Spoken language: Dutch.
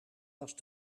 was